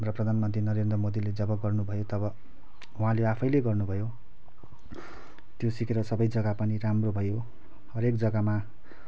हाम्रो प्रधानमन्त्री नरेन्द्र मोदीले जब गर्नुभयो तब उहाँले आफैले गर्नुभयो त्यो सिकेर सबै जग्गा पनि राम्रो भयो हरेक जग्गामा